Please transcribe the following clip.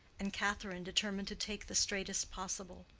and catherine determined to take the straightest possible.